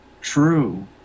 True